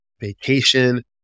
vacation